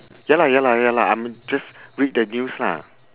ya lah ya lah ya lah I'm just read the news lah